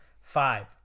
five